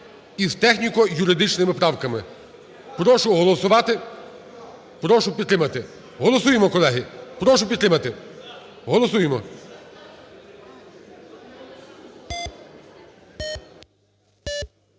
і з техніко-юридичними правками. Прошу голосувати, прошу підтримати. Голосуємо, колеги! Прошу підтримати, голосуємо.